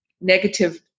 negative